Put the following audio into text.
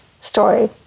story